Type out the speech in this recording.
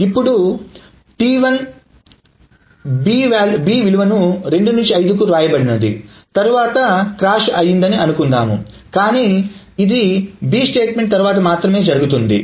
ఇప్పుడు వ్రాత T1 B 2 5 తరువాత క్రాష్ అయ్యిందని అనుకుందాం కానీ ఇది B స్టేట్మెంట్ తరువాత మాత్రమే జరుగుతుంది